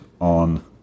on